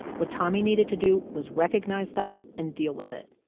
what tommy needed to do was recognize that and deal with it.